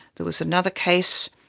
there was another case,